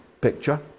picture